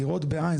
לראות בעין.